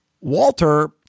Walter